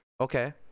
okay